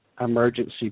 emergency